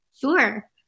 Sure